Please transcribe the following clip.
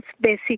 basic